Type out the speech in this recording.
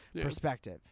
perspective